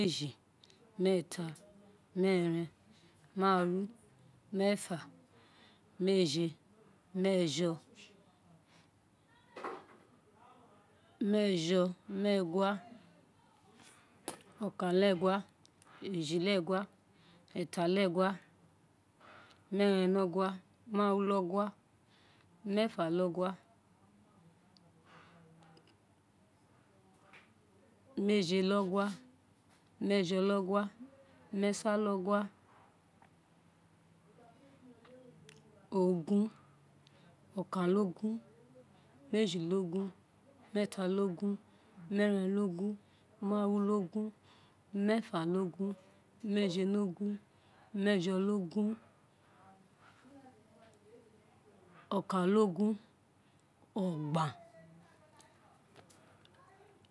Méji, meeta, meeren, maaru, meefa méeje, méèjo, méèsan, méègua meejo, meegua, okan-le-egua, eji-le-egua, eta te-egua meeren-le-ogua, maaru-le-ogua méèfa-le-ogua, méèjé-le-ogua, méèjo-le-ogua mee san-le-ogua, ogun, okan-le-ogun, meji-le-ogun, meeta-le-ogun, meeren-le-ogun, maarun-le-ogun, meefa-le-ogun, meejo-le-ogun meejo-le-ogun okan-le-ogun, ogban